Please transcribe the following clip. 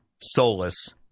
soulless